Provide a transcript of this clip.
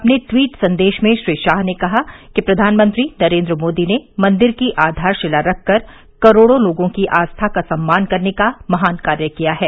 अपने ट्वीट संदेश में श्री शाह ने कहा कि प्रधानमंत्री नरेंद्र मोदी ने मंदिर की आधारशिला रखकर करोड़ों लोगों की आस्था का सम्मान करने का महान कार्य किया है